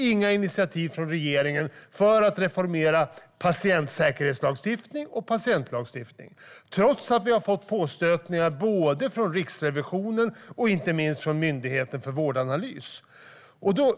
Inga initiativ har kommit från regeringen för att reformera patientsäkerhetslagstiftning eller patientlagstiftning, trots påstötning från både Riksrevisionen och inte minst Myndigheten för vård och omsorgsanalys.